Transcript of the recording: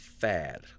fad